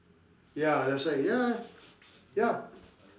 ya that's why ya ya